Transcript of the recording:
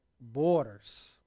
borders